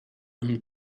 them